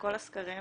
שבכל הסקרים